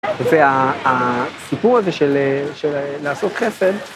‫זה הסיפור הזה של לעשות חסד.